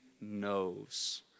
knows